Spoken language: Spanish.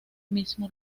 mismo